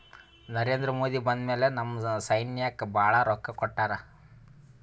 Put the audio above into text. ನರೇಂದ್ರ ಮೋದಿ ಬಂದ್ ಮ್ಯಾಲ ನಮ್ ಸೈನ್ಯಾಕ್ ಭಾಳ ರೊಕ್ಕಾ ಕೊಟ್ಟಾರ